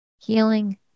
healing